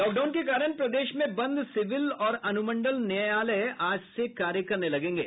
lockdown के कारण प्रदेश में बंद सिविल और अनुमंडल न्यायालय आज से कार्य करने लगेंगे